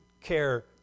care